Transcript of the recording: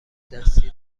دستی